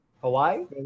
Hawaii